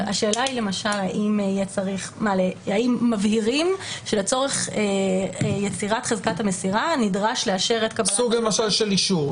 האם מבהירים שלצורך יצירת חזקת המסירה נדרש לאשר את --- סוג של אישור.